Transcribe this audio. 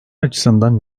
açısından